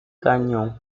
canyon